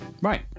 Right